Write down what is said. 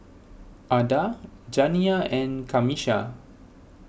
Ada Janiyah and Camisha